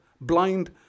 blind